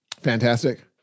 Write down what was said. fantastic